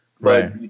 Right